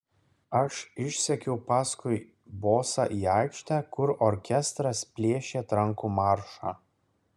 aš išsekiau paskui bosą į aikštę kur orkestras plėšė trankų maršą